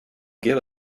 give